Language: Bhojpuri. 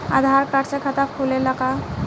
आधार कार्ड से खाता खुले ला का?